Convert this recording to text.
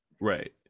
right